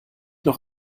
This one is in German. noch